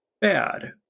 bad